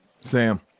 Sam